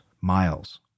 miles